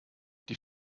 die